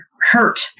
hurt